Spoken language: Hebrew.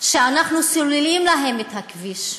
שאנחנו סוללים להם את הכביש,